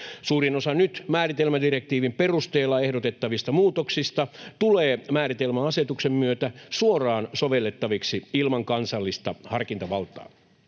Suurin osa nyt määritelmädirektiivin perusteella ehdotettavista muutoksista tulee määritelmäasetuksen myötä suoraan sovellettaviksi ilman kansallista harkintavaltaa.